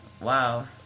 wow